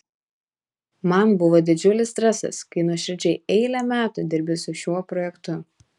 man buvo didžiulis stresas kai nuoširdžiai eilę metų dirbi su šiuo projektu